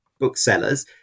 Booksellers